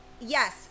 Yes